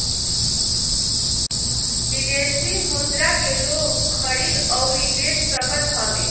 विदेशी मुद्रा के लोग खरीद अउरी बेच सकत हवे